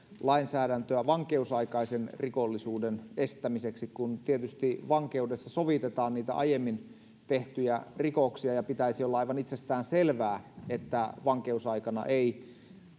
lainsäädäntöä vankeusaikaisen rikollisuuden estämiseksi kun tietysti vankeudessa sovitetaan niitä aiemmin tehtyjä rikoksia ja pitäisi olla aivan itsestäänselvää että vankeusaikana ei